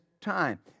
time